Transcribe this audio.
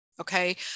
Okay